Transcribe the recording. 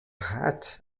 hat